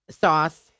sauce